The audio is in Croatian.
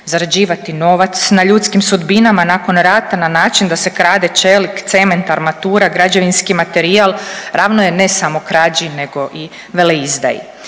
Zarađivati novac na ljudskim sudbinama nakon rata na način da se krade čelik, cement, armatura, građevinski materijal ravno je ne samo krađi nego i veleizdaji.